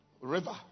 River